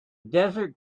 desert